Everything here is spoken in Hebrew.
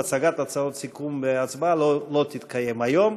הצעת הצעות סיכום והצבעה לא יתקיימו היום.